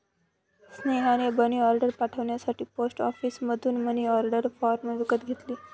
स्नेहाने मनीऑर्डर पाठवण्यासाठी पोस्ट ऑफिसमधून मनीऑर्डर फॉर्म विकत घेतला